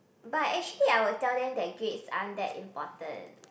but actually I would tell them that grades aren't that important